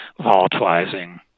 volatilizing